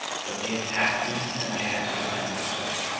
but they attacked me and i had to defend myself!